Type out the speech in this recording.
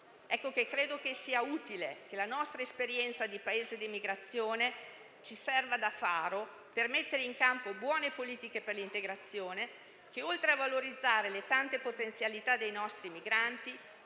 Credo che sia utile che la nostra esperienza di Paese di emigrazione ci serva da faro per mettere in campo buone politiche per l'integrazione che, oltre a valorizzare le tante potenzialità dei nostri migranti,